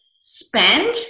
spend